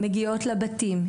מגיעות לבתים של התלמידים,